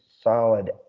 solid